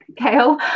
kale